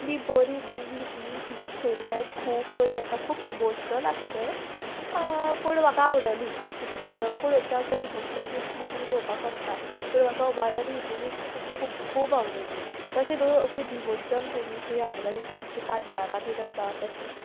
इतली बरी मुवी ती तिजी स्टोरी लायन खूब बरी आसा खूब इमोशनल आसा तें पूण म्हाका आवडली कितें पूण वर्श हांव चड इमोशनल बी मुवी पोवपाक वसता पूण म्हाका अमारन ही मुवी खूब खूब खूब आवडली तशें न्हू अशी डिवोशनल मुवीसूय आवडटा जशें आमचें कांतारा बीन आसा तशें